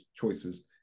choices